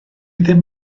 ddim